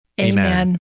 Amen